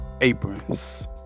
aprons